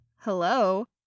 Hello